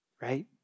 right